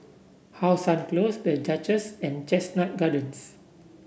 How Sun Close The Duchess and Chestnut Gardens